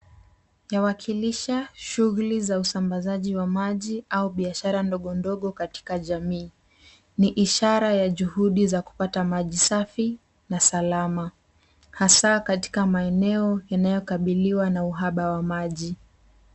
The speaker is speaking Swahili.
Inawakilisha shughuli za usambazaji wa maji au biashara ndogo ndogo katika jamii. Ni ishara ya juhudi za kupata maji safi na salama, hasa katika maeneo inayokabiliwa na uhaba wa maji.